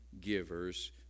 givers